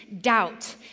doubt